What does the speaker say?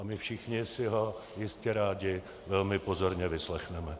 A my všichni si ho jistě rádi velmi pozorně vyslechneme.